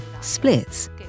splits